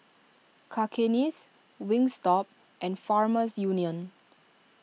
Cakenis Wingstop and Farmers Union